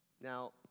Now